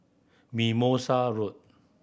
Mimosa Road